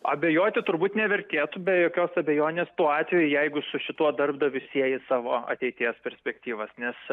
abejoti turbūt nevertėtų be jokios abejonės tuo atveju jeigu su šituo darbdaviu sieji savo ateities perspektyvas nes